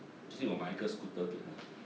最近我买一个 scooter 给她